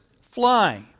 fly